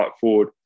forward